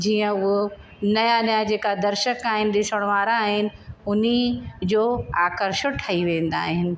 जीअं उहा नवां नवां जेका दर्शक आहिनि ॾिसण वारा आहिनि हुनजो आकर्षक ठही वेंदा आहिनि